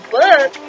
book